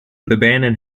lebanon